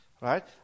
Right